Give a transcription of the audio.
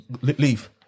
leave